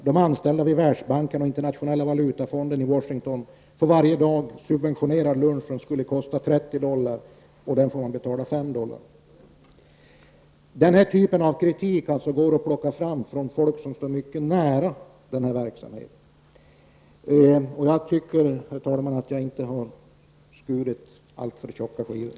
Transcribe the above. De anställda vid Världsbanken och Internationella valutafonden i Washington får varje dag för 5 dollar en subventionerad lunch som annars skulle kosta 30 Den här typen av kritik går alltså att plocka fram från folk som står verksamheten mycket nära. Jag tycker inte, herr talman, att jag har skurit alltför tjocka skivor.